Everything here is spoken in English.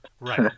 Right